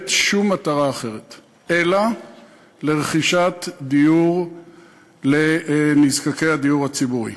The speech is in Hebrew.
שום מטרה אחרת אלא רכישת דיור לנזקקי הדיור הציבורי.